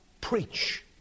preach